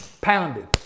pounded